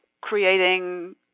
creating